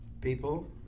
people